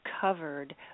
covered